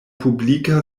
publika